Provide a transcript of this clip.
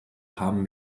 haben